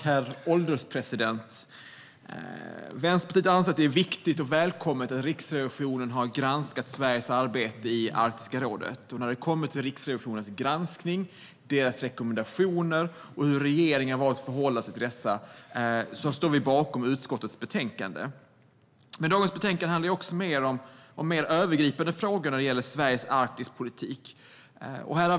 Herr ålderspresident! Vänsterpartiet anser att det är viktigt och välkommet att Riksrevisionen har granskat Sveriges arbete i Arktiska rådet. När det kommer till Riksrevisionens granskning, deras rekommendationer och hur regeringen har valt att förhålla sig till dessa står vi bakom utskottets betänkande. Men dagens betänkande behandlar också mer övergripande frågor om Sveriges Arktispolitik.